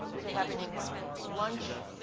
to having lunch